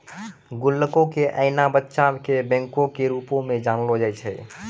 गुल्लको के एना बच्चा के बैंको के रुपो मे जानलो जाय छै